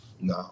No